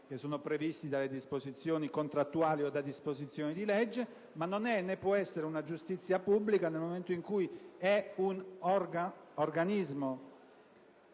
che sono previsti dalle disposizioni contrattuali o da disposizioni di legge, ma che non è e non può essere pubblica nel momento in cui è un organismo